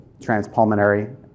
transpulmonary